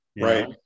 Right